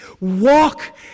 Walk